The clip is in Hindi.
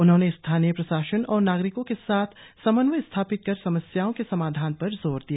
उन्होंने स्थानीय प्रशासन और नागरिको के साथ समन्वय स्थापित कर समस्याओं के समाधान पर जोर दिया